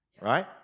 Right